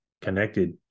connected